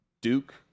Duke